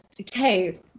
okay